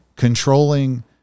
controlling